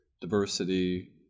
diversity